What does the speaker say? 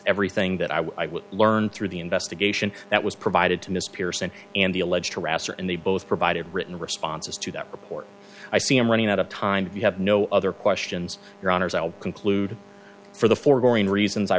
everything that i've learned through the investigation that was provided to miss pearson and the alleged harasser and they both provided written responses to that report i see i'm running out of time if you have no other questions your honor conclude for the foregoing reasons i